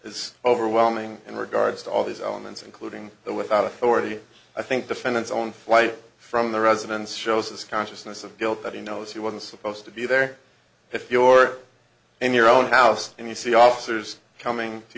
is overwhelming in regards to all these elements including that without authority i think defendant's own flight from the residence shows his consciousness of guilt that he knows he wasn't supposed to be there if you're in your own house and you see officers coming to